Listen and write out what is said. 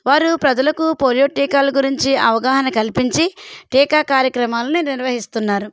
వారు ప్రజలకు పోలియో టీకాలు గురించి అవగాహన కల్పించి టీకా కార్యక్రమాలని నిర్వహిస్తున్నారు